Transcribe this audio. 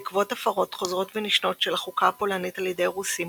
בעקבות הפרות חוזרות ונשנות של החוקה הפולנית על ידי הרוסים,